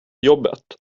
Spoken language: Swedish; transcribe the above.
jobbet